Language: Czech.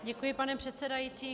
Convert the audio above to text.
Děkuji, pane předsedající.